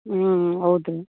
ಹ್ಞೂ ಹೌದು